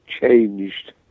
changed